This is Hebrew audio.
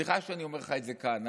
סליחה שאני אומר לך את זה כאן,